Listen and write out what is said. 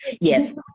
Yes